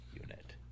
unit